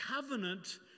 covenant